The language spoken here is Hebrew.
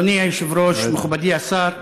אדוני היושב-ראש, מכובדי השר,